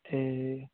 ए